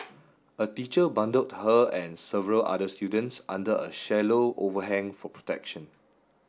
a teacher bundled her and several other students under a shallow overhang for protection